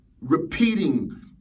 repeating